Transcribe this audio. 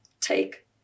take